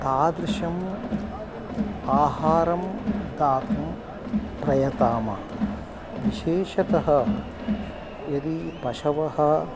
तादृशम् आहारं दातुं प्रयतामः विशेषतः यदि पशवः